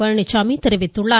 பழனிச்சாமி தெரிவித்துள்ளார்